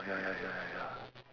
ya ya ya ya ya